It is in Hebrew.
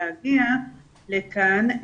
להגיע לכאן.